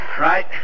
Right